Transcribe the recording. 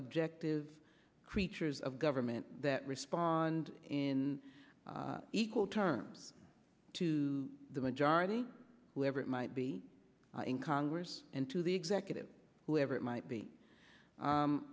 objectives creatures of government that respond in equal terms to the majority whoever it might be in congress and to the executive whoever it might